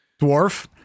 Dwarf